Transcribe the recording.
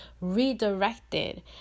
redirected